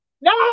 no